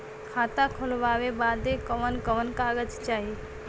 खाता खोलवावे बादे कवन कवन कागज चाही?